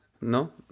No